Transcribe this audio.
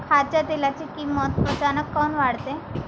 खाच्या तेलाची किमत अचानक काऊन वाढते?